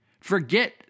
Forget